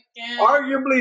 arguably